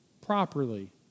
properly